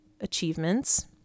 achievements